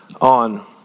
on